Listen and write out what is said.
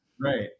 right